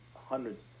hundreds